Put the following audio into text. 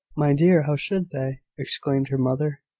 my dear! how should they? exclaimed her mother.